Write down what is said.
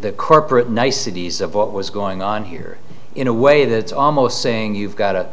the corporate niceties of what was going on here in a way that's almost saying you've got it